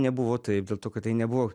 nebuvo taip dėl to kad tai nebuvo